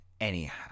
Anyhow